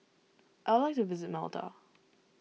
I would like to visit Malta